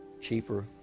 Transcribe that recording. Cheaper